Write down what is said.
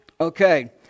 Okay